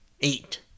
Eight